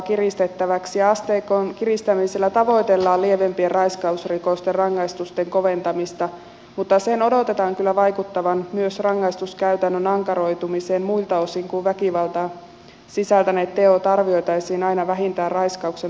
asteikon kiristämisellä tavoitellaan lievempien raiskausrikosten rangaistusten koventamista mutta sen odotetaan kyllä vaikuttavan rangaistuskäytännön ankaroitumiseen myös muilta osin kun väkivaltaa sisältäneet teot arvioitaisiin aina vähintään raiskauksen perustekomuodon mukaan